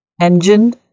engine